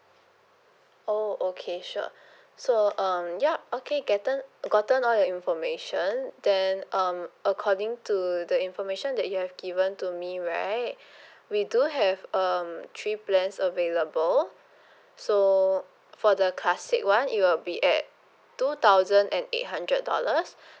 oh okay sure so um yup okay getten~ gotten all your information then um according to the information that you have given to me right we do have um three plans available so for the classic [one] it will be at two thousand and eight hundred dollars